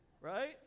right